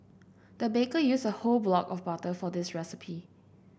the baker used a whole block of butter for this recipe